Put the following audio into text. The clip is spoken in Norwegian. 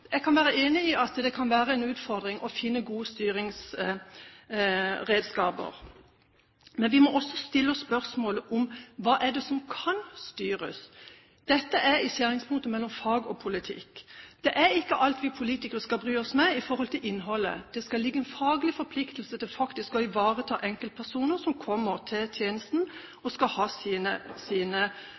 Jeg kan være enig i at det kan være en utfordring å finne gode styringsredskaper, men vi må også stille oss spørsmålet: Hva er det som kan styres? Dette er i skjæringspunktet mellom fag og politikk. Det er ikke alt vi politikere skal bry oss med i forhold til innholdet. Det skal ligge en faglig forpliktelse til faktisk å ivareta enkeltpersoner som kommer til tjenesten og skal ha sine